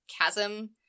chasm